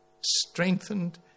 strengthened